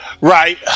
Right